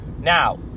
Now